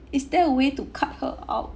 is there a way to cut her out